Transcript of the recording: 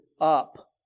up